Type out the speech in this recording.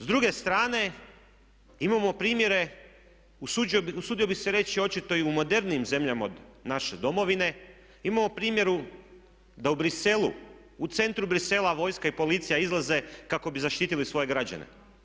S druge strane imamo primjere usudio bih se reći očito i u modernijim zemljama od naše domovine imamo primjer da u Bruxellesu, u centru Bruxellesa vojska i policija izlaze kako bi zaštitili svoje građane.